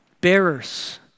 bearers